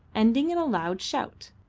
ending in a loud shout.